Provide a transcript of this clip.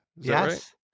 yes